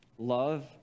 Love